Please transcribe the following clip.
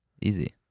Easy